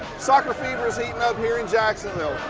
soccer fever is heating up here in jacksonville.